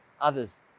others